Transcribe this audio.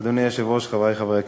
אדוני היושב-ראש, חברי חברי הכנסת,